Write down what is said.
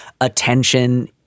attention